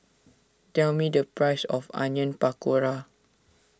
tell me the price of Onion Pakora